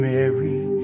Mary